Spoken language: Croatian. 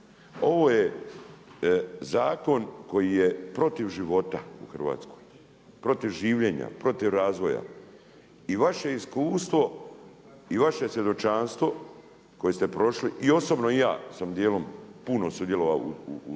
Ovo je zakon koji je protiv života u Hrvatskoj. Protiv življenja, protiv razvoja. I vaše iskustvo i vaše svjedočanstvo koje ste prošli i osobno ja sam dijelom, puno sudjelovao u tome,